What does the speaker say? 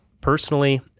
Personally